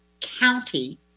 county